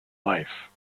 life